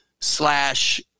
slash